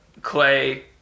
Clay